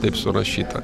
taip surašyta